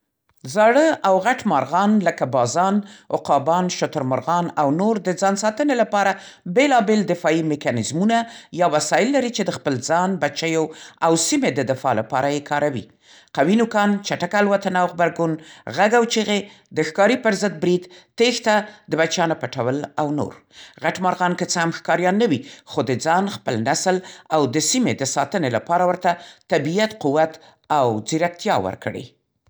زاړه یا غټ مارغان لکه بازان، عقابان، شترمرغان، او نور د ځان ساتنې لپاره بېلابېل دفاعي میکانیزمونه یا وسایل لري، چې د خپل ځان، بچیو او سیمې د دفاع لپاره یې کاروي. قوي نوکان، چټکه الوتنه او غبرګون، غږ او چیغې، د ښکاري پر ضد برید، تېښته، د بچیانو پټول او نور. غټ مارغان که څه هم ښکاریان نه وي، خو د ځان، خپل نسل او د سیمې د ساتنې لپاره ورته طبیعت قوت او ځیرکتیا ورکړې.